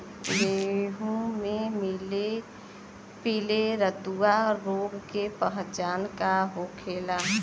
गेहूँ में पिले रतुआ रोग के पहचान का होखेला?